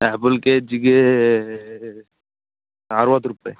apple ಕೆಜಿಗೆ ಅರವತ್ತು ರೂಪಾಯಿ